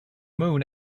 moon